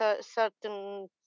certain